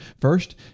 First